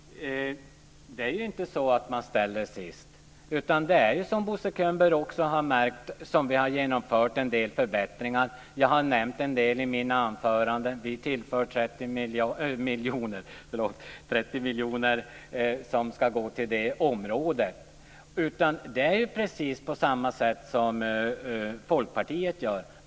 Fru talman! Det är inte så att de ställs sist, utan det är så - som Bo Könberg också har märkt - att vi har genomfört en del förbättringar. Några har jag nämnt i mina inlägg. Vi tillför 30 miljoner kronor som ska gå till det här området. Det är på precis samma sätt som Folkpartiet gör.